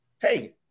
Hey